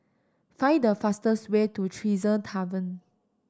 find the fastest way to Tresor Tavern